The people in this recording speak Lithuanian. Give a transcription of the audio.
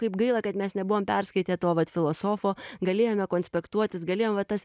kaip gaila kad mes nebuvom perskaitę to vat filosofo galėjome konspektuotis galėjom va tas